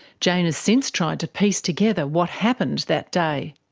jane has since tried to piece together what happened that day.